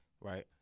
right